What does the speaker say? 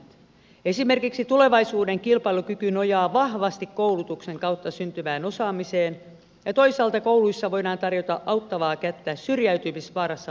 esimerkiksi tulevaisuuden kilpailukyky nojaa vahvasti koulutuksen kautta syntyvään osaamiseen ja toisaalta kouluissa voidaan tarjota auttavaa kättä syrjäytymisvaarassa oleville nuorille